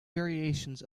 variations